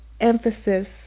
emphasis